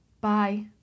bye